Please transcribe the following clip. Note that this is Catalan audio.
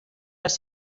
les